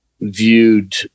viewed